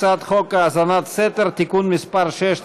נעבור לחקיקה: הצעת חוק האזנת סתר (תיקון מס' 6),